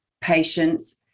patients